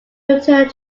returned